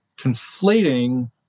conflating